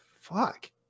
fuck